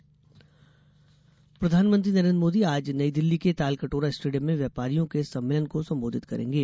प्रधानमंत्री व्यापारी प्रधानमंत्री नरेंद्र मोदी आज नई दिल्ली के तालकटोरा स्टेडियम में व्यापारियों के सम्मेलन को संबोधित करेंगे